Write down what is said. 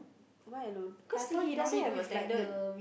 why alone cause he he doesn't have attendant